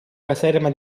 caserma